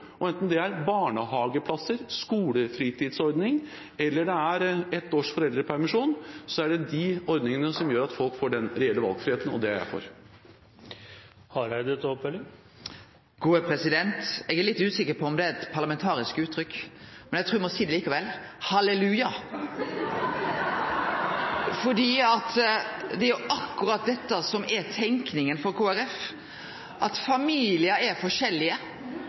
Enten det er barnehageplasser, skolefritidsordning eller ett års foreldrepermisjon, er det disse ordningene som gjør at folk får den reelle valgfriheten. Og det er jeg for. Eg er litt usikker på om det er eit parlamentarisk uttrykk – eg trur eg må seie det likevel: Halleluja! Det er akkurat dette som er tenkinga til Kristeleg Folkeparti, at familiar er forskjellige.